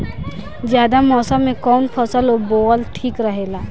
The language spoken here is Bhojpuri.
जायद मौसम में कउन फसल बोअल ठीक रहेला?